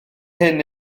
hyn